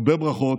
הרבה ברכות.